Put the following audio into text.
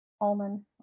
almond